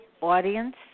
audience